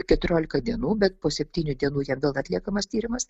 keturiolika dienų bet po septynių dienų jam vėl atliekamas tyrimas